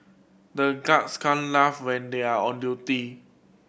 the guards can't laugh when they are on duty